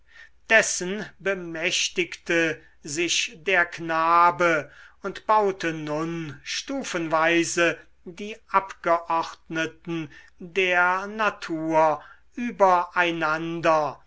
dessen bemächtigte sich der knabe und baute nun stufenweise die abgeordneten der natur übereinander